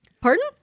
Pardon